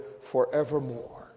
forevermore